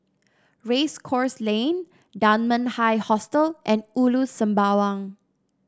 Race Course Lane Dunman High Hostel and Ulu Sembawang